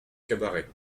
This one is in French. cabaret